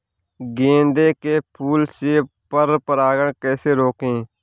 गेंदे के फूल से पर परागण कैसे रोकें?